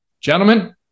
gentlemen